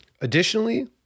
additionally